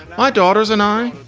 my daughters and i,